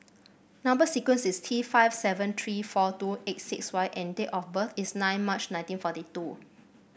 number sequence is T five seven three four two eight six Y and date of birth is nine March nineteen forty two